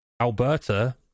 Alberta